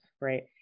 right